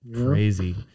Crazy